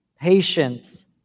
patience